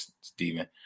Stephen